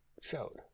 showed